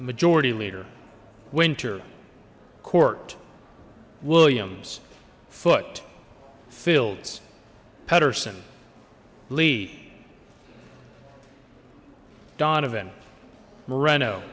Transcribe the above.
majority leader winter court williams foot fields pettersen leigh donovan moreno